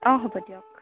অঁ হ'ব দিয়ক